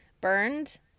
burned